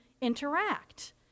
interact